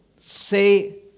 say